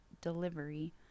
delivery